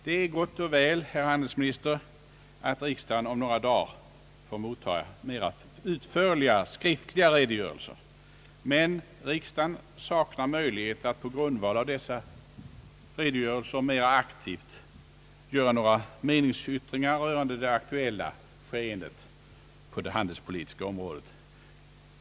Det är gott och väl, herr handelsminister, att riksdagen om några dagar får mottaga mer utförliga skriftliga redogörelser, men riksdagen saknar möjligheter att på grundval av dessa redogörelser mera aktivt göra några meningsyttringar rörande det aktuella skeendet på det handelspolitiska området.